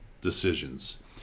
decisions